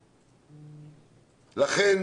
לכן,